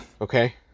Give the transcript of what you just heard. Okay